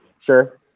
sure